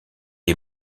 est